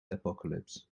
apocalypse